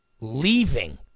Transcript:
Leaving